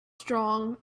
strong